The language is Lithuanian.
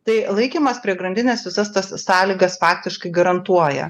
tai laikymas prie grandinės visas tas sąlygas faktiškai garantuoja